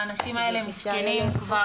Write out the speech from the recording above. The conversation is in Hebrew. האנשים האלה מסכנים כבר.